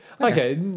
Okay